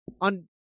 on